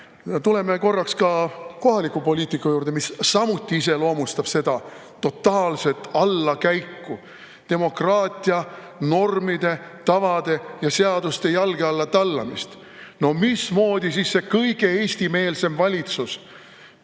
Tuleme korraks ka kohaliku poliitika juurde, mis samuti iseloomustab seda totaalset allakäiku, demokraatia normide, tavade ja seaduste jalge alla tallamist. No mismoodi siis see kõige eestimeelsem [linna]valitsus,